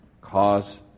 cause